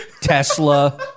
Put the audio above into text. Tesla